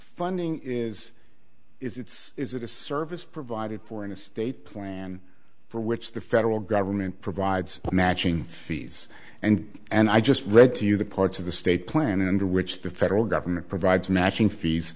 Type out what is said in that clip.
funding is it's a service provided for in the state plan for which the federal government provides matching fees and and i just read to you the parts of the state plan and which the federal government provides matching fees